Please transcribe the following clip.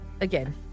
again